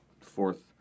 fourth